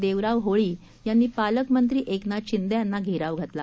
देवराव होळी यांनी पालकमंत्री एकनाथ शिंदे यांना घेराव घातला